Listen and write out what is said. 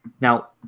now